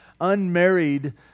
unmarried